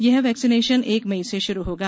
यह वैक्सीनेशन एक मई से शुरू होगा